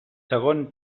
segon